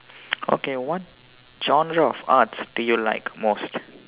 okay what genre of arts do you like most